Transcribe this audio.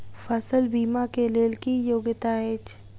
फसल बीमा केँ लेल की योग्यता अछि?